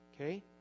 Okay